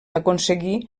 aconseguir